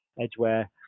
Edgeware